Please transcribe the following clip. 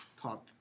talk